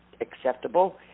acceptable